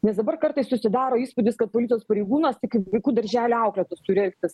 nes dabar kartais susidaro įspūdis kad policijos pareigūnas tai kaip vaikų darželio auklėtojas turi elgtis